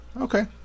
Okay